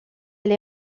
elle